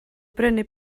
brynu